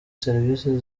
serivisi